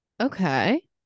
Okay